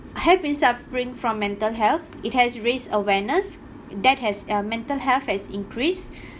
have been suffering from mental health it has raised awareness that has uh mental health has increased